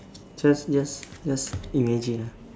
just just just imagine ah